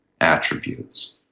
attributes